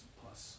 plus